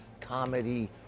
comedy